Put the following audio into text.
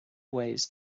ways